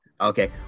okay